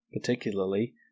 particularly